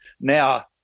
now